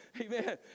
Amen